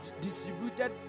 distributed